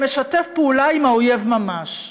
למשתף פעולה עם האויב ממש.